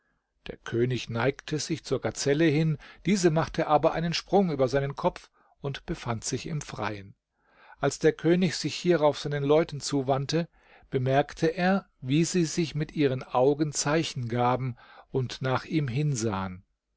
der könig neigte sich zur gazelle hin diese machte aber einen sprung über seinen kopf und befand sich im freien als der könig sich hierauf seinen leuten zuwandte bemerkte er wie sie sich mit ihren augen zeichen gaben und nach ihm hinsahen